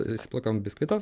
išsiplakam biskvito